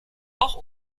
auch